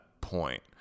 point